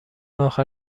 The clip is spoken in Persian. اخر